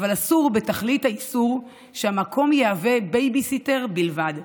אבל אסור בתכלית האיסור שהמקום יהיה בייביסיטר בלבד,